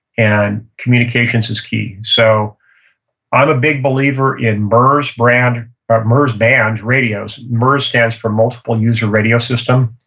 and communications is key so i'm a big believer in murs band um murs band radios. murs stands for multiple user radio system.